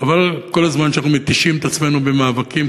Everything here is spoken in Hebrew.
חבל כל הזמן שאנחנו מתישים את עצמנו במאבקים,